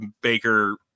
Baker –